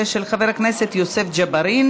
חברת הכנסת סתיו שפיר,